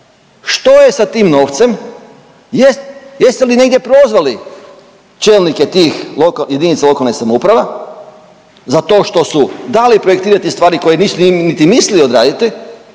Što je sa tim novcem? Jeste li negdje prozvali čelnike tih lokalnih, jedinica lokalnih samouprava za to što su dali projektirati stvari koje nisu niti mislili odraditi.